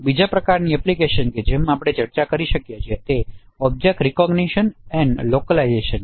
બીજી પ્રકારની એપ્લિકેશનકે જેમાં આપણે ચર્ચા કરી શકીએ છીએ તે છે ઑબ્જેક્ટ રેકોગ્નિશન અને લોકલાયજેશન